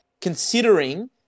considering